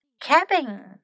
Cabin